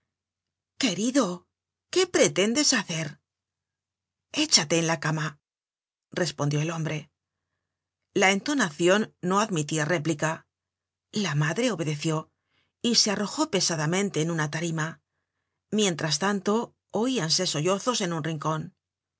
querido qué pretendes hacer echate en la cama respondió el hombre la entonación no admitia réplica la madre obedeció y se arrojó pesadamente en una tarima mientras tanto oíanse sollozos en un rincon